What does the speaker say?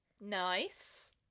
Nice